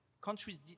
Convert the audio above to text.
countries